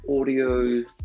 audio